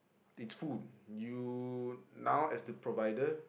between you now as the provider